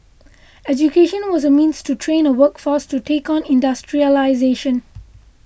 education was a means to train a workforce to take on industrialisation